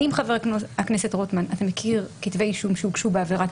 האם חבר הכנסת רוטמן מכיר כתבי אישום שהוגשו בעבירת